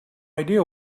idea